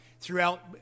throughout